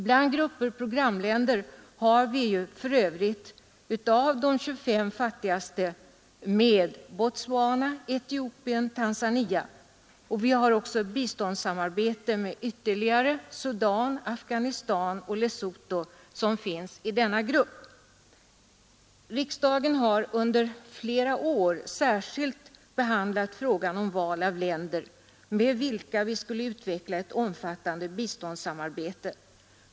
I gruppen programländer har vi för övrigt bland de 25 fattigaste med Nr 72 Botswana, Etiopien och Tanzania. Vi har också biståndssamarbete med Onsdagen den Sudan, Afganistan och Lesotho, som återfinns i denna grupp. 25 april 1973 Riksdagen har under flera år särskilt behandlat frågan om val av länder med vilka vi skulle utveckla ett omfattande biståndssamarbete.